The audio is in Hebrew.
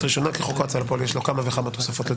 ראשונה כי לחוק ההוצאה לפועל יש כבר כמה וכמה תוספות.